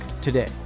today